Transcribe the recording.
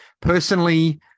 Personally